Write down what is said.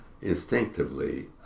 Instinctively